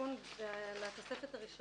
לתיקון התוספת הראשונה.